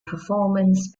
performance